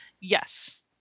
Yes